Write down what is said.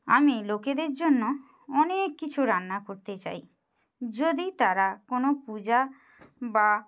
আমি লোকেদের জন্য অনেক কিছু রান্না করতে চাই যদি তারা কোনো পূজা বা